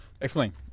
Explain